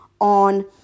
on